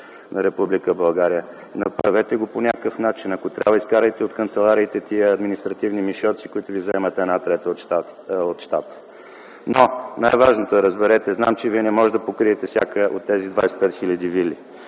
България. Направете го по някакъв начин! Ако трябва, изкарайте от канцелариите тези административни мишоци, които заемат една трета от щата ви! Най-важното, разберете, зная, че вие не можете да покриете всяка една от тези 25 хил. вили,